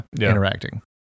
interacting